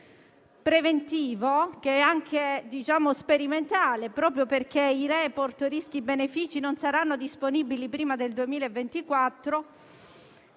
preventivo è anche sperimentale, proprio perché i *report* rischi-benefici non saranno disponibili prima del 2024.